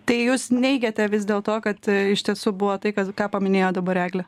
tai jūs neigiate vis dėl to kad iš tiesų buvo tai kas ką paminėjo dabar eglė